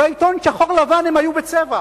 בעיתון שחור-לבן הם היו בצבע.